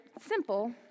simple